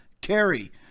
carry